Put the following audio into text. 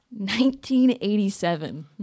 1987